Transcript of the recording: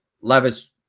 Levis